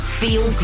feel